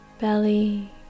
belly